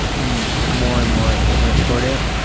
more and more indifferent toward it,